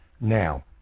Now